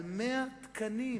על 100 תקנים,